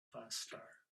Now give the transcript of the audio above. faster